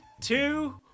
two